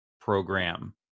program